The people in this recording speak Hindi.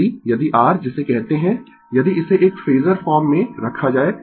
यदि यदि r जिसे कहते है यदि इसे एक फेजर फॉर्म में रखा जाए